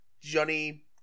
Johnny